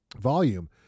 volume